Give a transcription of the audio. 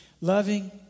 Loving